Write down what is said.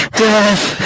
death